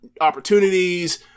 opportunities